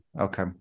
Okay